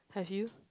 have you